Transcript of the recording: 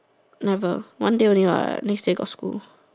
never one day only what next day got school